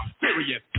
serious